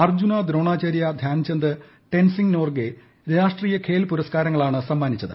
അർജ്ജുന ദ്രോണാചാര്യ ധ്യാൻചന്ദ് ടെൻസിംഗ് നോർഗെ രാഷ്ട്രീയഖേൽ പുരസ്കാരങ്ങളാണ് സമ്മാനിച്ചത്